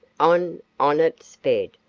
on, on it sped,